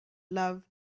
love